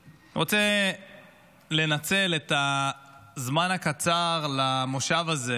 אני רוצה לנצל את הזמן הקצר במושב הזה